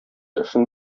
эшен